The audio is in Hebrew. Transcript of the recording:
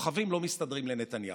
הכוכבים לא מסתדרים לנתניהו.